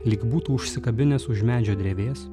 lyg būtų užsikabinęs už medžio drevės